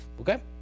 okay